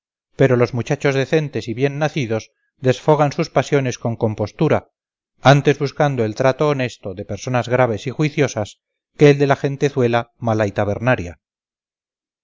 pero los muchachos decentes y bien nacidos desfogan sus pasiones con compostura antes buscando el trato honesto de personas graves y juiciosas que el de la gentezuela maja y tabernaria